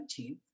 17th